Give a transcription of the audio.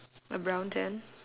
a brown tent